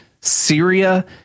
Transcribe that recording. Syria